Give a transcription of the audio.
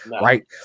right